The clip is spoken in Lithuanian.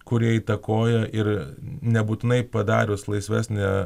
kurie įtakoja ir nebūtinai padarius laisvesnę